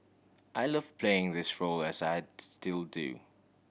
I love playing this role as I still do